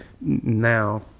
now